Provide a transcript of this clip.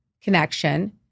connection